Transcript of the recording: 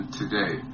today